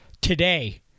today